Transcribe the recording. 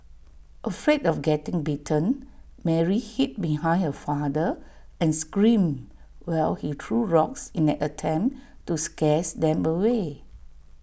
afraid of getting bitten Mary hid behind her father and screamed while he threw rocks in an attempt to scares them away